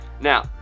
Now